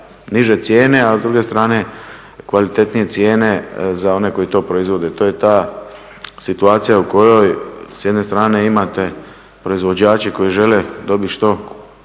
niže cijene, a s druge strane kvalitetnije cijene za one koji to proizvode. To je ta situacija u kojoj s jedne strane imate proizvođače koji žele dobiti što